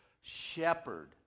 shepherd